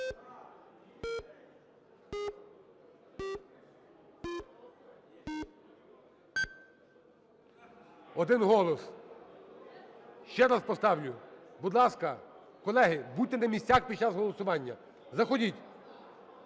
Один голос. Ще раз поставлю. Будь ласка, колеги, будьте на місцях під час голосування. Заходіть,